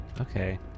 Okay